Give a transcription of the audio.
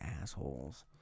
assholes